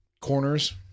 Corners